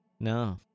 No